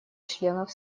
членов